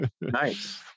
Nice